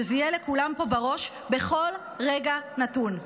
שזה יהיה לכולם פה בראש בכל רגע נתון.